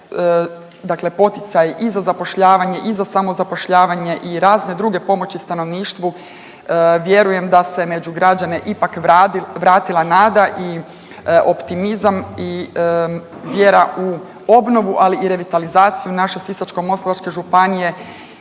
dakle poticaj i za zapošljavanje i za samozapošljavanje i razne druge pomoći stanovništvu. Vjerujem da se među građane ipak vratila nada i optimizam i vjera u obnovu ali i revitalizaciju naše Sisačko-moslavačke županije,